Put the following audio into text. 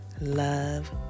Love